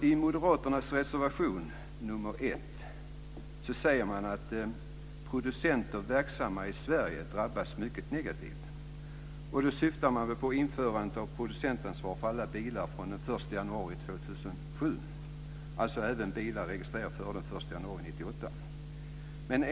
I Moderaternas reservation nr 1 säger man att "producenter verksamma i Sverige drabbas mycket negativt" och syftar då på införandet av producentansvaret på alla bilar den 1 januari 2007, alltså även bilar registrerade före den 1 januari 1998.